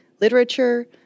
literature